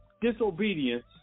disobedience